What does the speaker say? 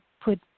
put